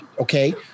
Okay